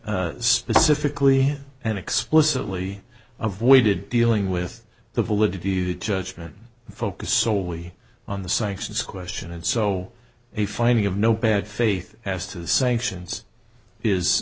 me specifically and explicitly avoided dealing with the validity of that judgment focused solely on the sanctions question and so a finding of no bad faith as to the sanctions is